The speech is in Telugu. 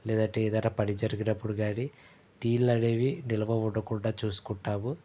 లేదంటే ఏదైనా పని జరిగేటప్పుడు కానీ నీళ్ళు అనేవి నిల్వ ఉండకుండా చూసుకుంటాము